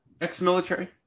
ex-military